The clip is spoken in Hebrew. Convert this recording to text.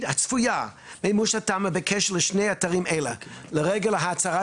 הצפויה במימוש תמ"א בקשר לשני אתרים אלה לרגל ההצהרה